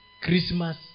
Christmas